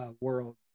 world